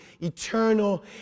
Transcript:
eternal